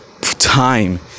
time